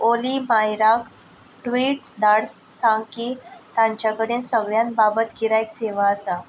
ओली बायराक ट्वीट धाड सांग की तांच्या कडेन सगळ्यांत बाबत गिरायक सेवा आसा